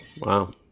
Wow